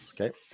Okay